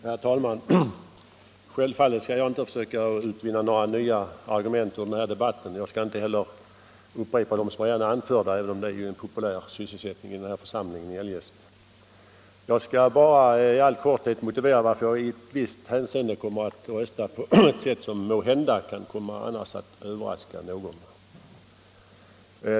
Herr talman! Självfallet skall jag inte försöka utvinna några nya argument ur den här debatten. Jag skall inte heller upprepa dem som redan har anförts, även om det eljest är en populär sysselsättning i den här församlingen. Jag skall bara i all korthet motivera varför jag i ett visst hänseende kommer att rösta på ett sätt som annars måhända skulle kunna överraska någon.